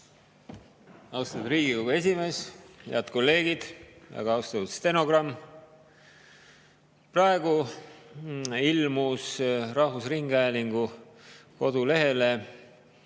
Austatud Riigikogu esimees! Head kolleegid! Väga austatud stenogramm! Praegu ilmus rahvusringhäälingu kodulehele